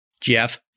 Jeff